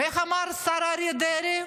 ואיך אמר השר אריה דרעי?